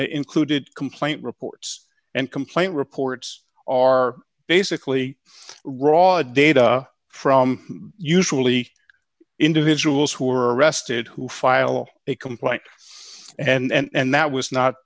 included complaint reports and complaint reports are basically raud data from usually individuals who are arrested who file a complaint and that was not